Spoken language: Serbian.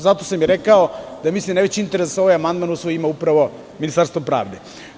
Zato sam i rekao da mislim da je veći interes da se ovaj amandman usvoji ima Ministarstvo pravde.